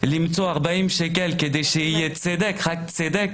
למצוא 40,000 שקל כדי שיהיה צדק, רק צדק